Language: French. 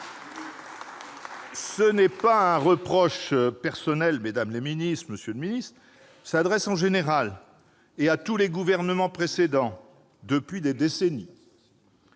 Ce n'est pas un reproche personnel, mesdames les ministres, monsieur le ministre. Il s'adresse de manière générale à tous les gouvernements depuis des décennies.